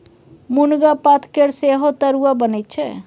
मुनगा पातकेर सेहो तरुआ बनैत छै